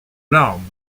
larmes